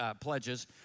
pledges